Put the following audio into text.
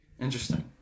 Interesting